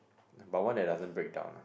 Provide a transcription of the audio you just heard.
but one that doesn't break down lah